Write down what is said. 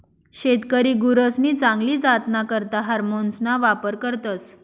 शेतकरी गुरसनी चांगली जातना करता हार्मोन्सना वापर करतस